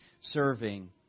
serving